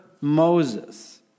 Moses